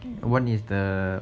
one is the